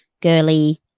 girly